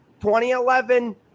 2011